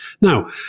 Now